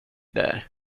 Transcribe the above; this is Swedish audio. där